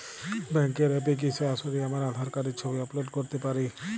ব্যাংকের অ্যাপ এ কি সরাসরি আমার আঁধার কার্ডের ছবি আপলোড করতে পারি?